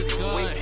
good